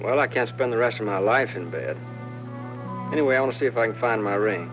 well i can spend the rest of my life in bed anyway i want to see if i can find my rin